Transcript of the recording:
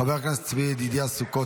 חבר הכנסת צבי ידידיה סוכות,